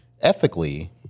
ethically